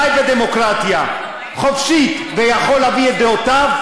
חי בדמוקרטיה חופשית ויכול להביע את דעותיו: